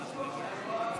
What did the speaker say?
בבקשה.